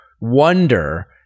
wonder